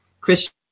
Christian